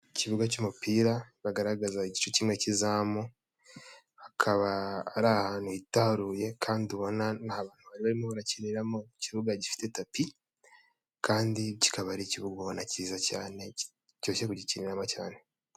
Ikibuga cy'umupira bagaragaza igice kimwe cy'izamu, hakaba ari ahantu hihitaruye kandi ubona ntabantu barimo baraakiniramo, ikibuga gifite tapi kandi kikaba ari ikibuga ubona cyiza cyane kiryoshye kugikiniramo cyane.